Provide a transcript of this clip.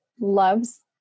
loves